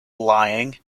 lying